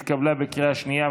התקבלה בקריאה השנייה.